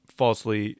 falsely